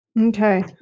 Okay